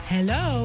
Hello